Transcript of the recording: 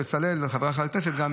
חבר הכנסת בצלאל,